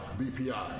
BPI